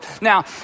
Now